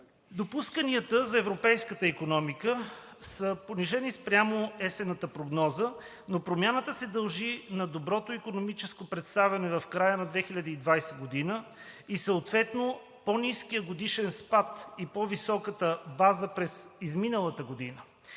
Допусканията за европейската икономика са понижени спрямо есенната прогноза, но промяната се дължи на доброто икономическо представяне в края на 2020 г. и съответно, по-ниския годишен спад и по-високата база през изминалата година.